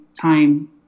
time